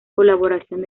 colaboración